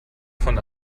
von